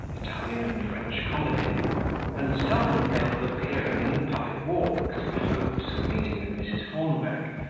italian and french comedy and seldom failed of appearing in the public walks, in hopes of meeting with mrs. hornbeck,